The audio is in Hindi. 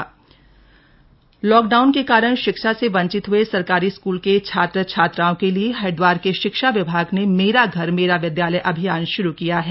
मेरा घर मेरा विद्यालय लॉकडाउन के कारण शिक्षा से वंचित हए सरकारी स्कूल के छात्र छात्राओं के लिए हरिद्वार के शिक्षा विभाग ने मेरा घर मेरा विद्यालय अभियान श्रू किया है